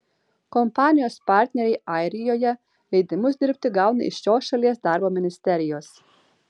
kompanijos partneriai airijoje leidimus dirbti gauna iš šios šalies darbo ministerijos